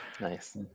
nice